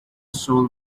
soul